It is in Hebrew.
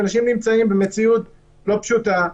שאנשים נמצאים במציאות לא פשוטה,